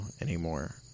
anymore